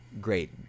Great